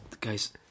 guys